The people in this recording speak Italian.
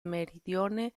meridione